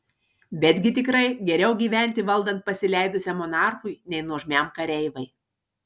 betgi tikrai geriau gyventi valdant pasileidusiam monarchui nei nuožmiam kareivai